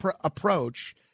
approach